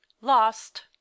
lost